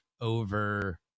over